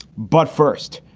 but first,